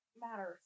matters